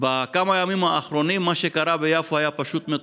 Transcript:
ובכמה הימים האחרונים מה שקרה ביפו היה פשוט מטורף,